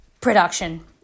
production